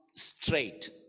straight